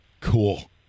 Cool